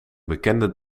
bekende